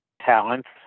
talents